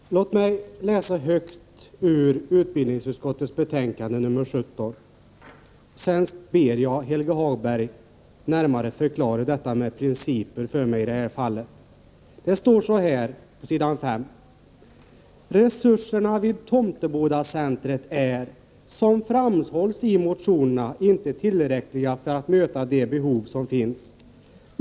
Herr talman! Låt mig läsa högt ur utbildningsutskottets betänkande nr 17. Sedan ber jag Helge Hagberg förklara närmare detta med principer. På s. 5 står: ”Resurserna vid Tomtebodacentret är, som framhålls i motionerna, inte tillräckliga för att möta de behov som finns.